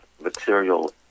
material